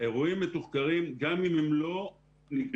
אירועים מתוחקרים גם אם הם לא נגמרו